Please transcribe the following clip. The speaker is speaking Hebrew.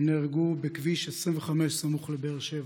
הם נהרגו בכביש 25 סמוך לבאר שבע,